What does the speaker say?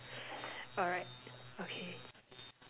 alright okay